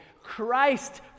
Christ